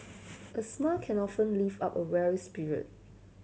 a smile can often lift up a weary spirit